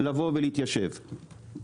לבוא ולהתיישב.